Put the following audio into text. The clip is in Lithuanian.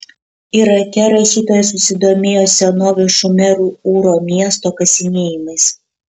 irake rašytoja susidomėjo senovės šumerų ūro miesto kasinėjimais